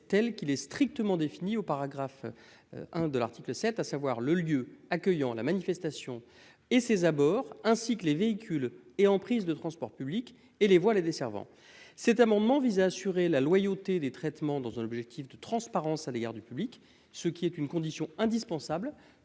telle qu'il est strictement défini au paragraphe. 1 de l'article 7 à savoir le lieu accueillant la manifestation et ses abords, ainsi que les véhicules et en prise de transports publics et les voix desservant cet amendement vise à assurer la loyauté des traitements dans un objectif de transparence à l'égard du public, ce qui est une condition indispensable